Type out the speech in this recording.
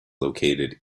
located